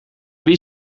wie